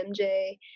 MJ